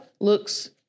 looks